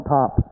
top